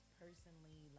personally